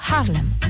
Harlem